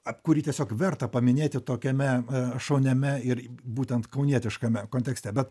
kurį tiesiog verta paminėti tokiame šauniame ir būtent kaunietiškame kontekste bet